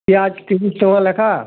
ପିଆଜ୍ ତିନିଶହ ଲେଖାଁ